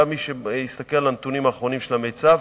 גם מי שיסתכל על הנתונים האחרונים של המיצ"ב,